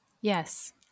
yes